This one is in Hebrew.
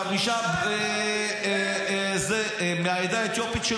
חמישה מהעדה האתיופית,